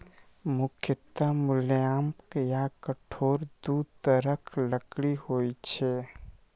मुख्यतः मुलायम आ कठोर दू तरहक लकड़ी होइ छै